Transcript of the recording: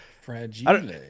Fragile